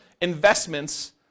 investments